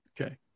Okay